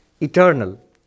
eternal